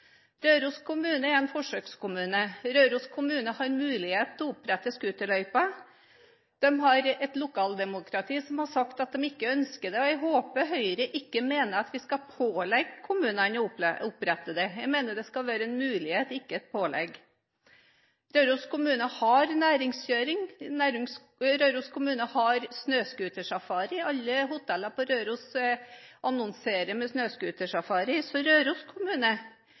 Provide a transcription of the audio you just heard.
Røros kommune er en forsøkskommune. Røros kommune har mulighet til å opprette scooterløyper. De har et lokaldemokrati som har sagt at de ikke ønsker det. Jeg håper Høyre ikke mener at man skal pålegge kommunene å opprette det. Jeg mener det skal være en mulighet, ikke et pålegg. Røros kommune har næringskjøring. Alle hoteller på Røros annonserer med snøscootersafari, så i Røros kommune